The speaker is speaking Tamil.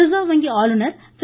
ரிசர்வ் வங்கி ஆளுநர் திரு